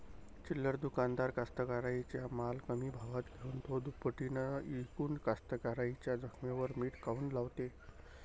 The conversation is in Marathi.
चिल्लर दुकानदार कास्तकाराइच्या माल कमी भावात घेऊन थो दुपटीनं इकून कास्तकाराइच्या जखमेवर मीठ काऊन लावते?